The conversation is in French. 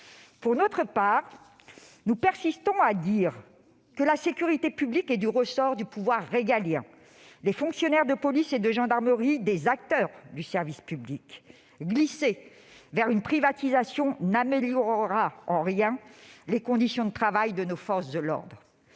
Pour notre part, nous persistons à dire que la sécurité publique est du ressort du pouvoir régalien et que les fonctionnaires de police et de gendarmerie sont des acteurs du service public. Glisser vers une privatisation n'améliorera en rien les conditions de travail de nos forces de l'ordre.